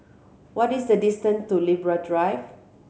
what is the distance to Libra Drive